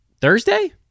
Thursday